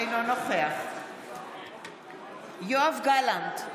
אינו נוכח יואב גלנט,